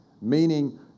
meaning